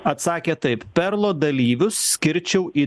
atsakė taip perlo dalyvius skirčiau į